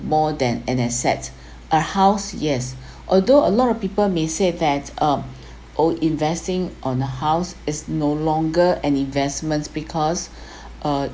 more than an asset a house yes although a lot of people may say that um oh investing on a house is no longer an investment because uh